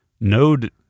node